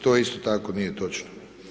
To isto tako nije točno.